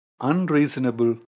Unreasonable